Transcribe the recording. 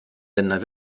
ländern